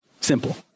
Simple